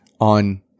on